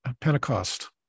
Pentecost